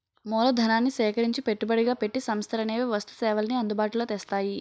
మూలధనాన్ని సేకరించి పెట్టుబడిగా పెట్టి సంస్థలనేవి వస్తు సేవల్ని అందుబాటులో తెస్తాయి